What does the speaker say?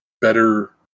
better